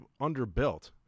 underbuilt